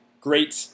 great